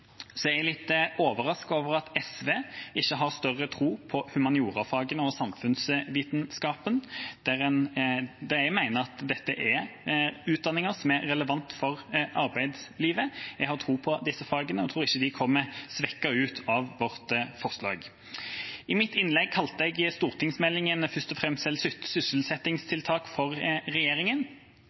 er litt overrasket over at SV ikke har større tro på humaniora-fagene og samfunnsvitenskap. Jeg mener at dette er utdanninger som er relevante for arbeidslivet. Jeg har tro på disse fagene og tror ikke de kommer svekket ut av vårt forslag. I mitt innlegg sa jeg at stortingsmeldingen først og fremst er et sysselsettingstiltak for